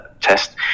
test